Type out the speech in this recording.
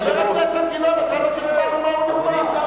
חבר הכנסת גילאון, אתה לא, ומה הוא יאמר.